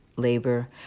labor